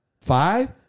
Five